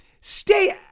stay